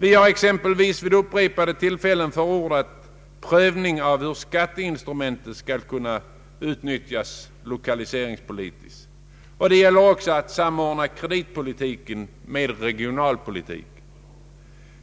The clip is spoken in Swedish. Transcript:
Vi har exempelvis vid upprepade tillfällen förordat prövning av hur skatteinstrumentet skall kunna utnyttjas lokaliseringspolitiskt. Det gäller också att samordna kreditpolitiken med regionalpolitiken.